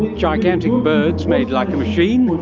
gigantic birds made like a machine,